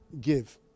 give